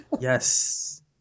Yes